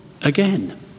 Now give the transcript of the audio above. again